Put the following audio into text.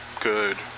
good